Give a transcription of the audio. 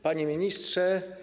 Panie Ministrze!